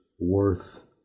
worth